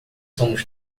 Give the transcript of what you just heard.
somos